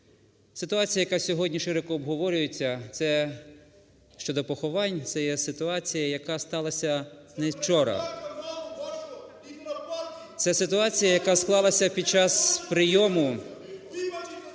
Ситуація, яка сьогодні широко обговорюється, це щодо поховань, це є ситуація, яка сталась не вчора. (Шум у залі) Це ситуація, яка склалась під час прийому